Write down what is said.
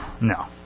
no